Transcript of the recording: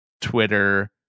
Twitter